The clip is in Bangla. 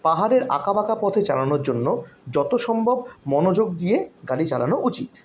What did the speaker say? পাহাড়ের আঁকা বাঁকা পথে চালানোর জন্য যত সম্ভব মনোযোগ দিয়ে গাড়ি চালানো উচিত